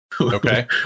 okay